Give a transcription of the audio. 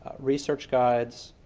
research guides,